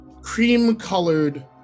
Cream-colored